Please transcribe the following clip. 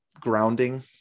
grounding